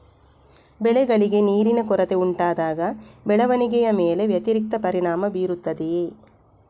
ಬೆಳೆಗಳಿಗೆ ನೀರಿನ ಕೊರತೆ ಉಂಟಾ ಬೆಳವಣಿಗೆಯ ಮೇಲೆ ವ್ಯತಿರಿಕ್ತ ಪರಿಣಾಮಬೀರುತ್ತದೆಯೇ?